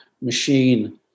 machine